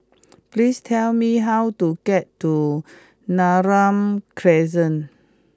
please tell me how to get to Neram Crescent